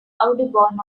audubon